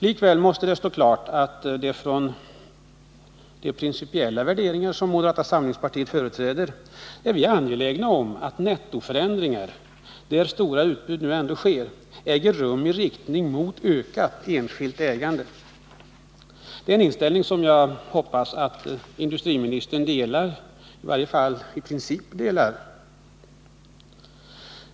Likväl måste det stå klart att med utgångspunkt i de principiella värderingar som moderata samlingspartiet företräder är vi angelägna om att nettoförändringarna — när nu stora utbud likväl sker — äger rum i riktning mot ett ökat enskilt ägande, en inställning som jag hoppas att industriministern delar i varje fall i princip.